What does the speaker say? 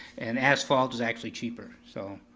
and asphalt is actually cheaper, so,